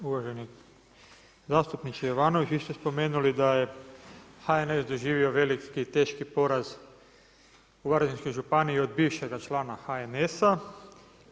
Uvaženi zastupniče Jovanović vi ste spomenuli da je HNS doživio veliki i teški poraz u Varaždinskoj županiji od bivšeg člana HNS-a.